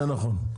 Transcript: זה נכון.